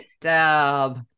Dab